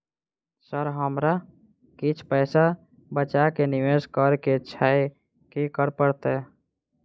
Sir हमरा किछ पैसा बचा कऽ निवेश करऽ केँ छैय की करऽ परतै?